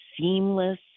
seamless